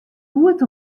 goed